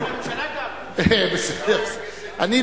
לא מספיק, בספסלים שם, צריך בממשלה גם?